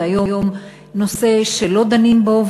זה היום נושא שלא דנים בו,